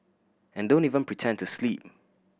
and don't even pretend to sleep